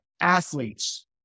athletes